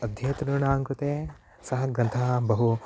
अध्येतॄणां कुते सः ग्रन्थः बहु